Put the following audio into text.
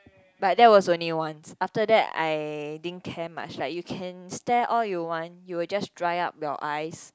but that was only once after that I didn't care much like you can stare all you want you will just dry up your eyes